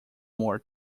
more